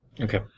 Okay